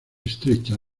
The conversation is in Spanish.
estrecha